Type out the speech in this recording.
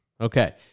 Okay